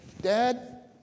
Dad